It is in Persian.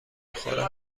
خورم